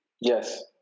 Yes